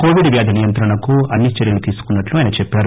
Covid వ్యాధి నియంత్రణకు అన్ని చర్యలు తీసుకున్పట్లు ఆయన చెప్పారు